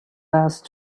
passed